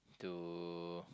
to